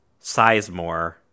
Sizemore